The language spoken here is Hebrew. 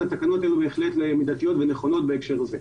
התקנות האלה בהחלט למידתיות ונכונות בהקשר הזה.